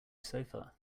sofa